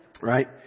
right